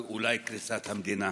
ואלי קריסת המדינה.